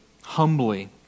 humbly